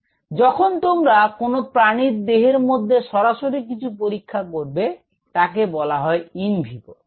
তো যখন তোমরা কোনও প্রানীর দেহের মধ্যে সরাসরি কিছু পরীক্ষা করবে তাকে বলা হয় ইন ভিভো